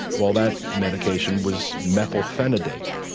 well, that medication was methylphenidate,